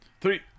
Three